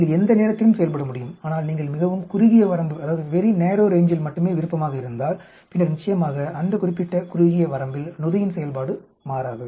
நீங்கள் எந்த நேரத்திலும் செயல்பட முடியும் ஆனால் நீங்கள் மிகவும் குறுகிய வரம்பில் மட்டுமே விருப்பமாக இருந்தால் பின்னர் நிச்சயமாக அந்த குறிப்பிட்ட குறுகிய வரம்பில் நொதியின் செயல்பாடு மாறாது